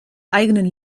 eigenen